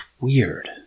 weird